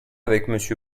avec